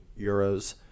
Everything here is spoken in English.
Euros